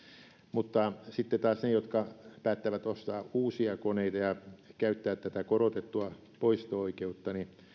mutta sitten taas niillä jotka päättävät ostaa uusia koneita ja käyttää tätä korotettua poisto oikeutta